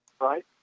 right